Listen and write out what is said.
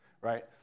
right